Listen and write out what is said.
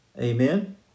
Amen